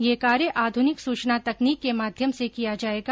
यह कार्य आधुनिक सूचना तकनीक के माध्यम से किया जाएगा